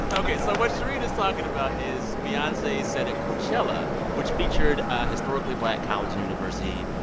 ok. so what shereen is talking about is beyonce said at coachella, which featured a historically black college and university.